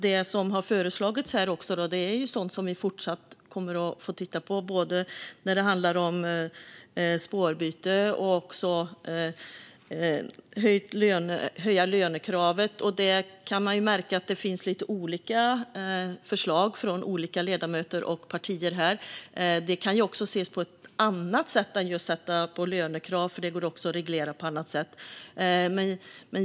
Det som har föreslagits här är alltså sådant som vi kommer att få titta på, både när det handlar om spårbyte och när det handlar om att höja lönekravet. Man kan märka att det finns lite olika förslag från olika ledamöter och partier här. Det kan också ses på ett annat sätt än att just lägga på lönekrav, för det går att reglera även på annat sätt.